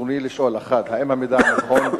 רצוני לשאול: 1. האם המידע נכון?